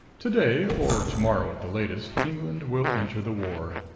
to-day, or to-morrow at the latest, england will enter the war.